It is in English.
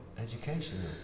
education